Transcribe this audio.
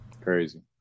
Crazy